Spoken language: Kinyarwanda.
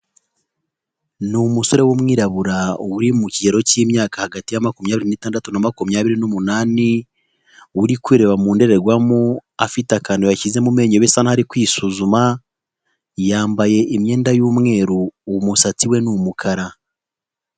Ni umusore w'umwirabura, uri mu kigero cy'imyaka hagati ya makumyabiri n'itandatu na makumyabiri n'umunani, uri kwireba mu ndorerwamo, afite akantu yashyize mu meyo bisa n'aho ari kwisuzuma, yambaye imyenda y'umweru, umusatsi we ni umukara.